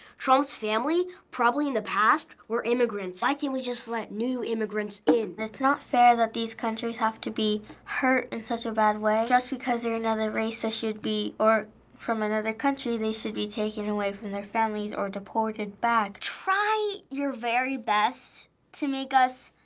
trump's family probably in the past were immigrants. why can't we just let new immigrants in? it's not fair that these countries have to be hurt in such a bad way, just because they're another race or from another country, they should be taken away from their families or deported back. try your very best to make us